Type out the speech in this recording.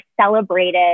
celebrated